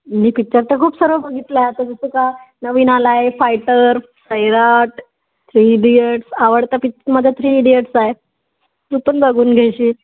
मी picture तर खूप सर्व बघितलं आहे आता जसं का नवीन आला आहे फायटर सैराट थ्री इडियड्स आवडता पिच माझा थ्री इडियड्स आहे तू पण बघून घेशील